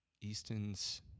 easton's